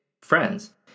friends